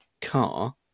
car